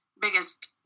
biggest